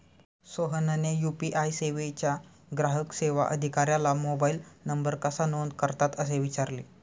सोहनने यू.पी.आय सेवेच्या ग्राहक सेवा अधिकाऱ्याला मोबाइल नंबर कसा नोंद करतात असे विचारले